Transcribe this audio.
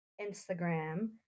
Instagram